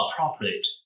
appropriate